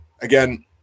Again